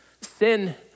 Sin